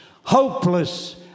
hopeless